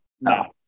No